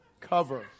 cover